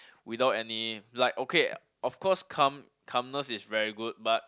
without any like okay of course calm calmness is very good but